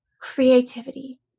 creativity